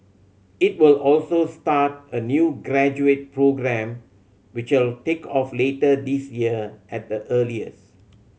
it will also start a new graduate programme which will take off later this year at the earliest